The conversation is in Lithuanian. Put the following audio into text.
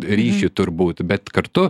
ryšį turbūt bet kartu